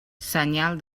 senyal